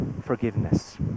forgiveness